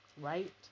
Right